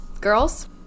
girls